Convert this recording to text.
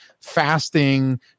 fasting